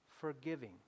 forgiving